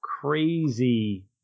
crazy